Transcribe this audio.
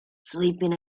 sleeping